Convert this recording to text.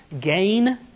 gain